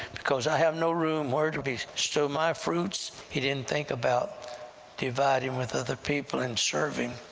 because i have no room where to bestow so my fruits? he didn't think about dividing with other people and serving.